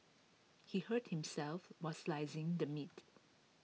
he hurt himself while slicing the meat